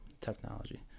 technology